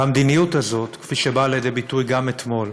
והמדיניות הזאת, כפי שבאה לידי ביטוי גם אתמול,